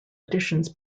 additions